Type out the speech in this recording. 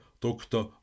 Dr